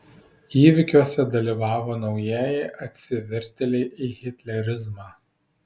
įvykiuose dalyvavo naujieji atsivertėliai į hitlerizmą